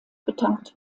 betankt